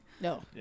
no